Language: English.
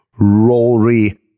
Rory